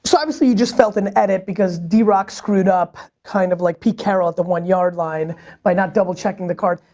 so obviously you just felt an edit because drock screwed up kind of like pete carol at the one yard line by not double checking the card.